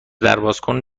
دربازکن